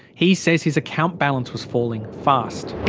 he says his account balance was falling fast.